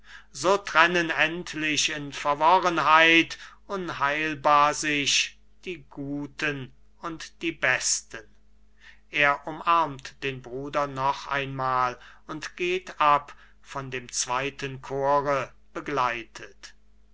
so trennen endlich in verworrenheit unheilbar sich die guten und die besten er umarmt den bruder noch einmal und geht ab von dem zweiten chor begleitet